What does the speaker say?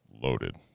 loaded